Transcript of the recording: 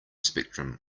spectrum